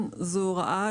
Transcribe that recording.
זאת הוראה